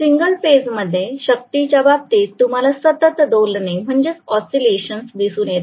single phase मध्ये शक्तीच्या बाबतीत तुम्हाला सतत दोलने दिसून येतात